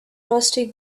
rusty